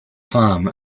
farm